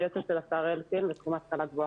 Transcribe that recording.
אני יועצת של השר אלקין לתחום ההשכלה הגבוהה.